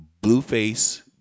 Blueface